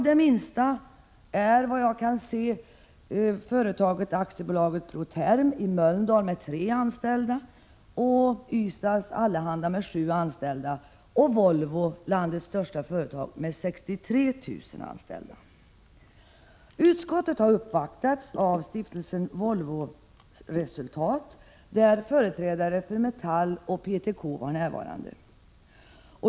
De minsta företagen är, såvitt jag kan se, Ingenjörsfirman Protherm AB i Mölndal med tre anställda och Ystads Allehanda AB med sju anställda, och det största är Volvo, landets största företag, med 63 000 anställda. Utskottet har uppvaktats av Stiftelsen Volvoresultat, varvid företrädare för Metallarbetareförbundet och PTK var närvarande.